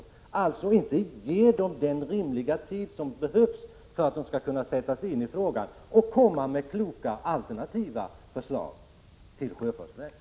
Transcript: Man har alltså inte gett personalen och facket rimlig tid att sätta sig in i frågan och komma med kloka alternativa förslag till sjöfartsverket.